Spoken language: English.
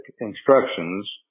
instructions